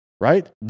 Right